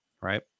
right